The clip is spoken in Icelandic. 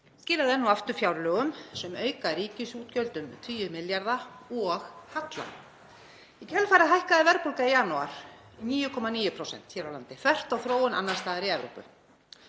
skilaði enn og aftur fjárlögum sem auka ríkisútgjöld um tugi milljarða og halla. Í kjölfarið hækkaði verðbólga í janúar í 9,9% hér á landi, þvert á þróun annars staðar í Evrópu.